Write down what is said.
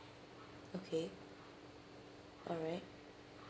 okay alright